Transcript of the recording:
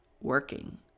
working